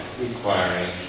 requiring